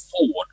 forward